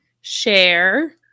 share